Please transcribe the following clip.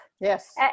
yes